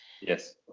yes